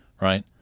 Right